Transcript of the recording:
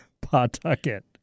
Pawtucket